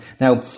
Now